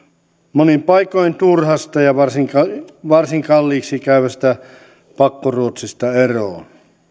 monin paikoin turhasta ja varsin varsin kalliiksi käyvästä pakkoruotsista eroon